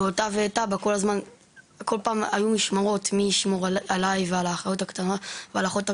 היא ואבא עשו משמרות של מי שומר עליי ועל האחות הקטנה שלי,